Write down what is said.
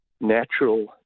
natural